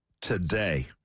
today